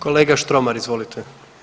Kolega Štromar, izvolite.